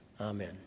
Amen